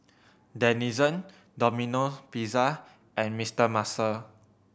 Denizen Domino Pizza and Mister Muscle